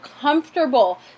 comfortable